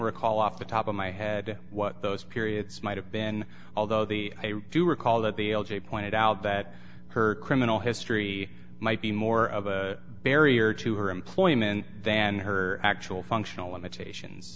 recall off the top of my head what those periods might have been although the i do recall that the l j pointed out that her criminal history might be more of a barrier to her employment than her actual functional limitations